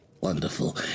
wonderful